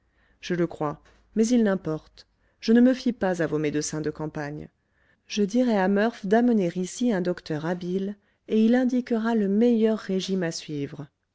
je le crois mais il n'importe je ne me fie pas à vos médecins de campagne je dirai à murph d'amener ici un docteur habile et il indiquera le meilleur régime à suivre